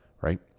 Right